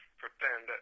pretend